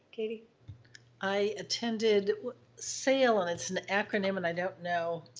katie i attended sail and it's an acronym and i don't know.